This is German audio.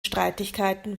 streitigkeiten